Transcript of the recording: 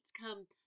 come